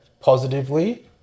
positively